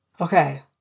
Okay